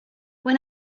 when